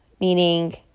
meaning